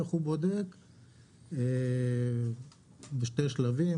איך הוא בודק בשני שלבים,